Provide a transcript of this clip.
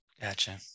Gotcha